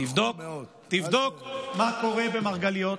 תבדוק מה קורה במרגליות.